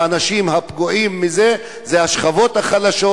האנשים הפגועים מזה הם השכבות החלשות,